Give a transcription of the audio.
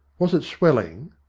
was it swelling?